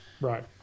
right